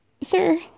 sir